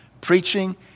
Preaching